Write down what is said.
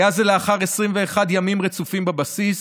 היה זה לאחר 21 ימים רצופים בבסיס,